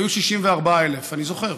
היו 64,000, אני זוכר.